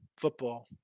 football